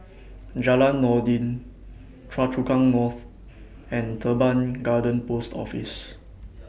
Jalan Noordin Choa Chu Kang North and Teban Garden Post Office